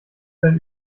sein